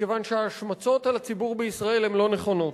מכיוון שההשמצות על הציבור בישראל הן לא נכונות,